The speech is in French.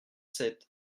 sept